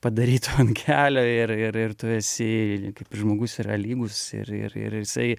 padaryto ant kelio ir ir ir tu esi kaip žmogus yra lygūs ir ir ir jisai